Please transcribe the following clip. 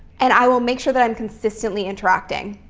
and i will make sure that i'm consistently interacting.